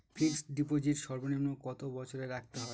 Fixed deposit সর্বনিম্ন কত বছর রাখতে হয়?